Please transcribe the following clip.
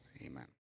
Amen